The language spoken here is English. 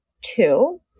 two